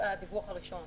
הדיווח הראשון.